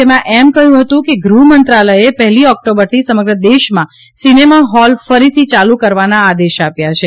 જેમાં એમ કહ્યું હતું કે ગૃહમંત્રાલયે પહેલી ઓક્ટોબરથી સમગ્ર દેશમાં સિનેમા હોલ થીયેટર ફરીથી ચાલુ કરવાના આદેશ આપ્યા છે